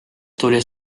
tuli